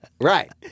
right